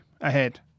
ahead